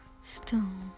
stone